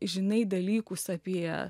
žinai dalykus apie